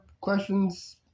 questions